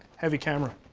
heavy camera.